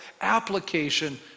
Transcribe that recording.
application